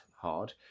hard